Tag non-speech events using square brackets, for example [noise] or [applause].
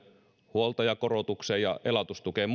huoltajakorotukseen ja elatustukeen [unintelligible]